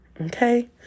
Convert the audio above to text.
okay